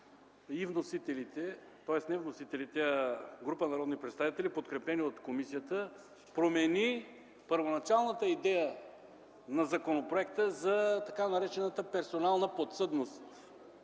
въпроси, след като група народни представители, подкрепени от комисията, промени първоначалната идея на законопроекта за така наречената персонална подсъдност